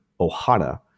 Ohana